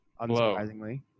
unsurprisingly